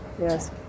Yes